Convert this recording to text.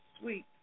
sweet